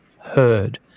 heard